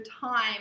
time